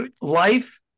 life